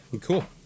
Cool